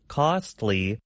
costly